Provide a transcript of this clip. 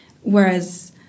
Whereas